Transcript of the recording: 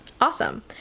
Awesome